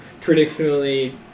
traditionally